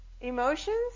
emotions